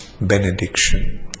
benediction